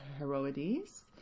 Heroides